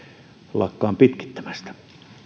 lakkaan pitkittämästä